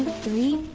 three,